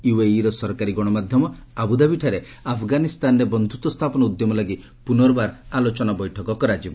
UAE ର ସରକାରୀ ଗଣମାଧ୍ୟମ ଆବୁଧାବିଠାରେ ଆଫ୍ଗାନିସ୍ତାନରେ ବନ୍ଧୁତ୍ୱ ସ୍ଥାପନ ଉଦ୍ୟମ ଲାଗି ପୁନର୍ବାର ଆଲୋଚନା ବୈଠକ କରାଯିବ